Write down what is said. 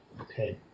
okay